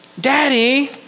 daddy